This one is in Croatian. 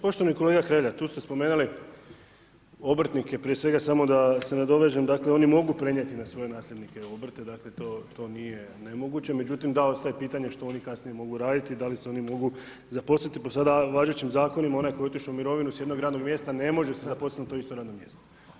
Poštovani kolega Hrelja, tu ste spomenuli obrtnike, prije svega samo da se nadovežem, dakle oni mogu prenijeti na svoje nasljednice obrte, dakle to nije nemoguće, međutim, da, ostaje pitanje što oni kasnije mogu raditi, da li se oni mogu zaposliti po sada važećim zakonima, onaj koji je otišao u mirovinu s jednog radnog mjesta, ne može se zaposliti na to isto radno mjesto.